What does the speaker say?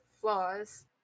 flaws